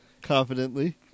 confidently